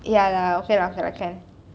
ya lah okay okay lah can